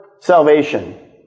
Salvation